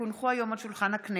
כי הונחו היום על שולחן הכנסת,